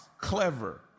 clever